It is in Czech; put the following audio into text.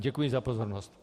Děkuji za pozornost.